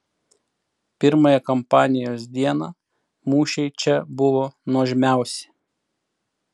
pirmąją kampanijos dieną mūšiai čia buvo nuožmiausi